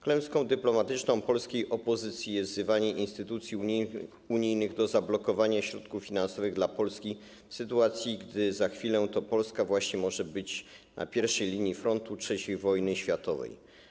Klęską dyplomatyczną polskiej opozycji jest wzywanie instytucji unijnych do zablokowania środków finansowych dla Polski w sytuacji, gdy za chwilę to Polska właśnie może być na pierwszej linii frontu III wojny światowej.